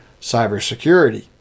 cybersecurity